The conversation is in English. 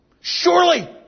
Surely